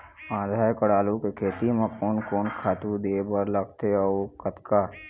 आधा एकड़ आलू के खेती म कोन कोन खातू दे बर लगथे अऊ कतका?